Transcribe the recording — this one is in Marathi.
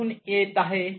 कुठून येत आहेत